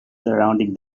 surrounding